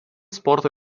sporto